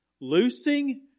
Loosing